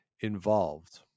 involved